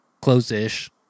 close-ish